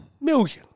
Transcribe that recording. Millions